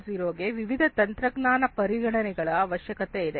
0ಗೆ ವಿವಿಧ ತಂತ್ರಜ್ಞಾನ ಪರಿಗಣನೆಗಳ ಅವಶ್ಯಕತೆ ಇದೆ